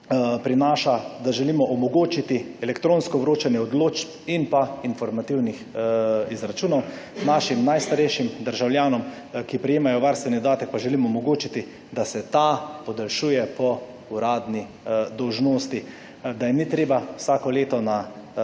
da želimo omogočiti elektronsko vročanje odločb in pa informativnih izračunov. Našim najstarejšim državljanom, ki prejemajo varstveni dodatek pa želimo omogočiti, da se ta podaljšuje po uradni dolžnosti, da jim ni treba vsako leto na